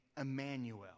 Emmanuel